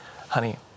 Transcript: honey